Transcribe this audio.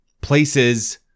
places